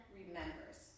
remembers